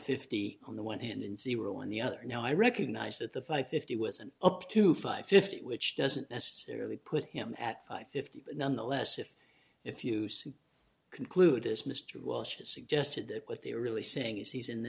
fifty on the one hand and see one the other now i recognize that the five fifty wasn't up to five fifty which doesn't necessarily put him at fifty but nonetheless if if you conclude this mr walsh has suggested that what they're really saying is he's in the